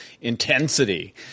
intensity